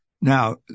Now